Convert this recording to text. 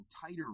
tighter